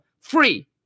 free